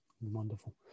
wonderful